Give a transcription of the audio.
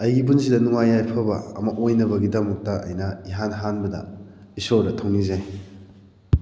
ꯑꯩꯒꯤ ꯄꯨꯟꯁꯤꯗ ꯅꯨꯡꯉꯥꯏ ꯌꯥꯏꯐꯕ ꯑꯃ ꯑꯣꯏꯅꯕꯒꯤꯗꯃꯛꯇ ꯑꯩꯅ ꯏꯍꯥꯟ ꯍꯥꯟꯕꯗ ꯏꯁꯣꯔꯗ ꯊꯧꯅꯤꯖꯩ